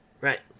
Right